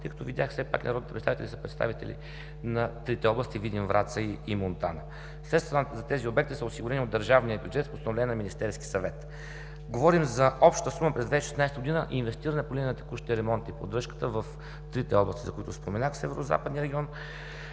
тъй като видях все пак, че народните представители са представители на трите области – Видин, Враца и Монтана. Средствата за тези обекти са осигурени от държавния бюджет с Постановление на Министерския съвет. Говорим за обща сума през 2016 г., инвестирана по линия на текущите ремонти за поддръжката в трите области, за които споменах в Северозападния регион,